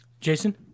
Jason